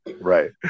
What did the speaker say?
Right